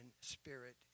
spirit